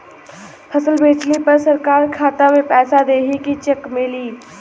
फसल बेंचले पर सरकार खाता में पैसा देही की चेक मिली?